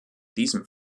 diesem